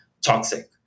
toxic